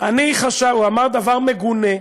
הוא אמר דבר מגונה.